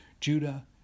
Judah